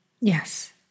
Yes